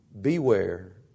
Beware